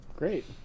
Great